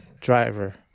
driver